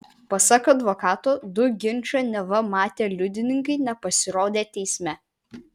pasak advokato du ginčą neva matę liudininkai nepasirodė teisme